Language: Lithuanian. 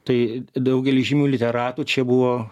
tai daugelis žymių literatų čia buvo